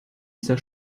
dieser